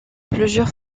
plusieurs